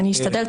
אני אשתדל.